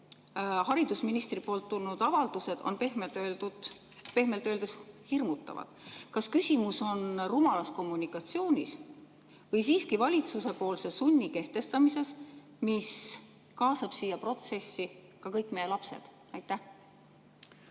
Haridusministrilt tulnud avaldused on pehmelt öeldes hirmutavad. Kas küsimus on rumalas kommunikatsioonis või siiski selles, et valitsus kehtestab sundi, mis kaasab siia protsessi ka kõik meie lapsed? Aitäh,